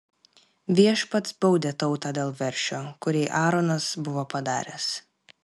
viešpats baudė tautą dėl veršio kurį aaronas buvo padaręs